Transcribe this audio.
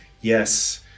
yes